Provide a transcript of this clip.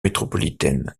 métropolitaine